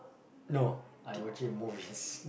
no I watching movies